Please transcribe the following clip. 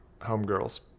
Homegirls